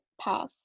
pass